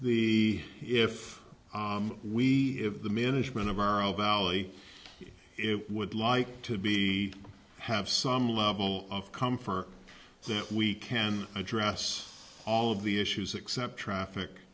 the if we have the management of our own valley it would like to be have some level of comfort so that we can address all of the issues except traffic